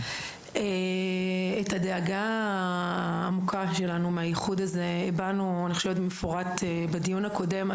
את הדאגה העמוקה שלנו מהאיחוד הזה הבענו במפורט בדיון הקודם.